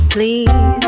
Please